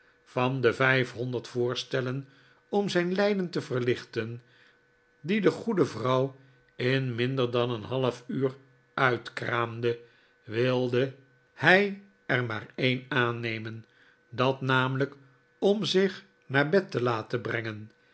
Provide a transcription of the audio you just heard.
van de vijfhonderd voorstellen om zijn lijden te verlichten die de goede vrouw in minder dan een half uur uitkraamde wilde hij er maar een aannemen dat namelijk om zich naar bed te laten brengen